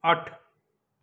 ਅੱਠ